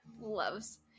loves